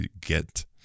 get